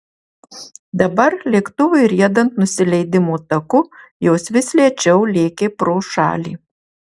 dabar lėktuvui riedant nusileidimo taku jos vis lėčiau lėkė pro šalį